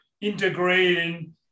integrating